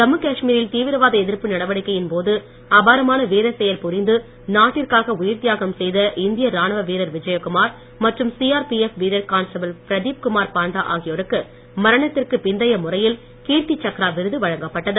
ஜம்மூ காஷ்மீரில் தீவிரவாத எதிர்ப்பு நடவடிக்கையின் போது அபாரமான வீர செயல் புரிந்து நாட்டிற்காக உயிர் தியாகம் செய்த இந்திய ராணுவ வீரர் விஜயகுமார் மற்றும் சிஆர்பிஎப் வீரர் கான்ஸ்டபிள் பிரதீப் குமார் பாண்டா ஆகியோருக்கு மரணத்திற்கு பிந்தைய முறையில் கீர்த்தி சக்ரா விருது வழங்கப்பட்டது